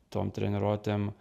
tom treniruotėm